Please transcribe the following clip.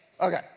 Okay